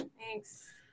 Thanks